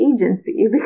agency